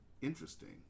interesting